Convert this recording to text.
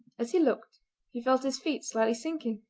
as he looked he felt his feet slightly sinking,